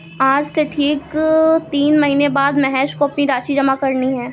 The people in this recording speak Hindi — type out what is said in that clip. आज से ठीक तीन महीने बाद महेश को अपनी राशि जमा करनी है